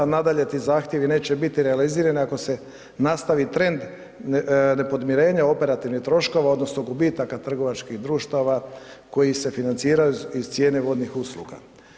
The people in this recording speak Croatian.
Nadalje, ti zahtjevi neće biti realizirani ako se nastavi trend nepodmirenja operativnih troškova odnosno gubitaka trgovačkih društava koji se financiraju iz cijene vodnih usluga.